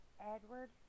Edward